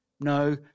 No